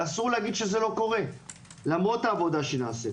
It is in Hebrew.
אסור לומר שזה לא קורה למרות העבודה שנעשית.